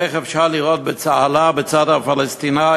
איך אפשר לראות בצהלה בצד הפלסטיני